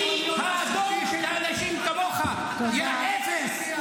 אני האדון של אנשים כמוך, יא אפס.